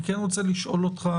אני רוצה לשאול אותך: